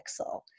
pixel